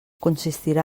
consistirà